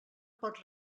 pot